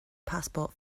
passport